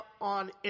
on